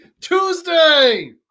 Tuesday